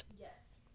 Yes